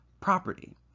property